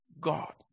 God